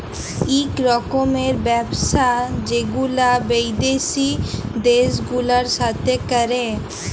ইক রকমের ব্যবসা যেগুলা বিদ্যাসি দ্যাশ গুলার সাথে ক্যরে